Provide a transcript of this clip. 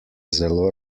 zelo